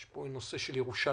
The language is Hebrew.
יש פה את נושא ירושלים